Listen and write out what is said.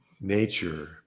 nature